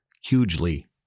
hugely